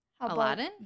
Aladdin